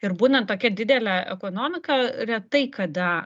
ir būnant tokia didele ekonomika retai kada